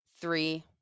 Three